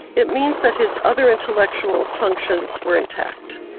it means that his other intellectual functions were intact,